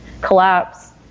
collapse